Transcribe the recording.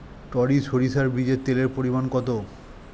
টরি সরিষার বীজে তেলের পরিমাণ কত?